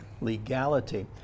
Legality